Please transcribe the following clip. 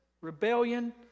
rebellion